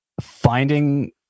finding